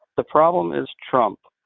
the problem is trump.